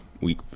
week